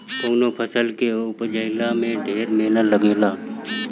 कवनो फसल के उपजला में ढेर मेहनत लागेला